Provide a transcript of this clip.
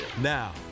now